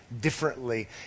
differently